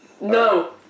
no